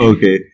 Okay